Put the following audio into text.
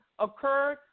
occurred